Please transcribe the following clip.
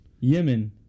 Yemen